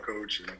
coach